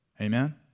Amen